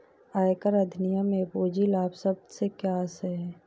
आयकर अधिनियम में पूंजी लाभ शब्द से क्या आशय है?